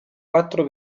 quattro